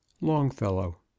Longfellow